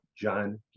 John